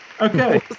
Okay